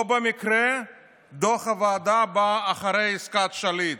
לא במקרה דוח הוועדה בא אחרי עסקת שליט.